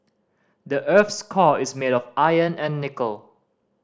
the earth's core is made of iron and nickel